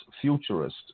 futurist